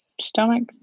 stomach